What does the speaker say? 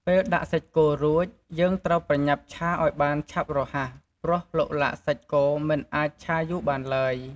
ពេលដាក់សាច់គោរួច យើងត្រូវប្រញាប់ឆាឲ្យបានឆាប់រហ័ស ព្រោះឡុកឡាក់សាច់គោមិនអាចឆាយូរបានឡើយ។